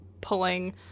pulling